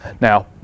now